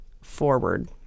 forward